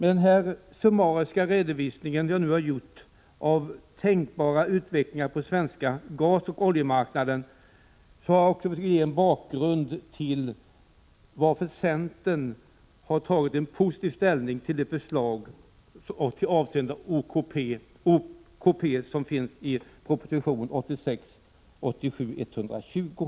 Den summariska redovisning som jag nu gjort av den tänkbara utvecklingen på den svenska gasoch oljemarknaden är bakgrun den till centerns positiva ställningstagande till de förslag av OKP som föreslås — Prot. 1986 87:120.